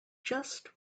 just